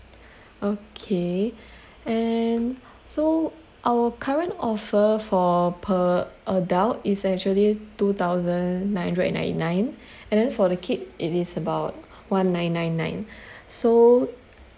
okay and so our current offer for per adult is actually two thousand nine hundred and ninety nine and then for the kid it is about one nine nine nine so